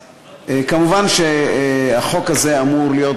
מובן שהחוק הזה אמור להיות,